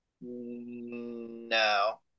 no